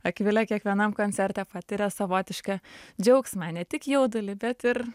akvilė kiekvienam koncerte patiria savotišką džiaugsmą ne tik jaudulį bet ir